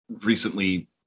recently